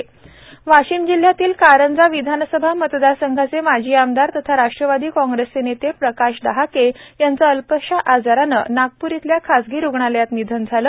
प्रकाश डहाके निधन वाशीम जिल्ह्यातील कारंजा विधानसभा मतदार संघांचे माजी आमदार तथा राष्ट्रवादी काँग्रेसचे नेते प्रकाश डहाके यांचे अल्पशा आजाराने नागप्र इथल्या खासगी रुग्णालयात निधन झाले